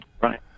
Right